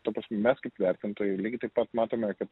ta prasm mes kaip vertintojai lygiai taip pat matome kad